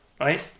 right